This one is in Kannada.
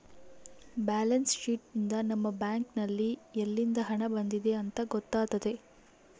ಬ್ಯಾಲೆನ್ಸ್ ಶೀಟ್ ಯಿಂದ ನಮ್ಮ ಬ್ಯಾಂಕ್ ನಲ್ಲಿ ಯಲ್ಲಿಂದ ಹಣ ಬಂದಿದೆ ಅಂತ ಗೊತ್ತಾತತೆ